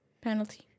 Penalty